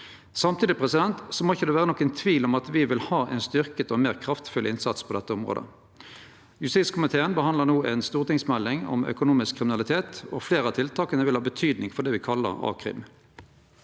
Samtidig må det ikkje vere nokon tvil om at me vil ha ein styrkt og meir kraftfull innsats på dette området. Justiskomiteen behandlar no ei stortingsmelding om økonomisk kriminalitet. Fleire av tiltaka vil ha betydning for det me kallar a-krim.